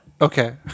Okay